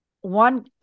One